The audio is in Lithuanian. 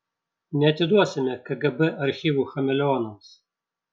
neatiduosime kgb archyvų chameleonams